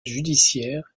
judiciaire